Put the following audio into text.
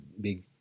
big